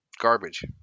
garbage